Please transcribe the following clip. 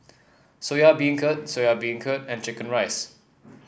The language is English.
Soya Beancurd Soya Beancurd and chicken rice